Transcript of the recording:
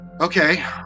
Okay